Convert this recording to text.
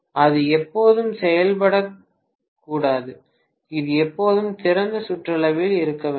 அது எப்போதும் செய்யப்படக்கூடாது இது எப்போதும் திறந்த சுற்றளவில் இருக்க வேண்டும்